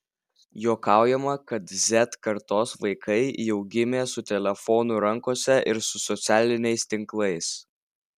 juokaujama kad z kartos vaikai jau gimė su telefonu rankose ir su socialiniais tinklais